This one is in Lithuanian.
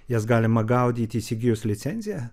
jas galima gaudyti įsigijus licenciją